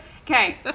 Okay